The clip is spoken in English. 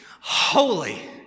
holy